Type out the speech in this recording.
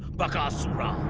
bakasura.